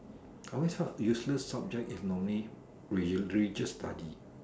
are we said useless subject is normally we usual just study